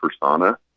persona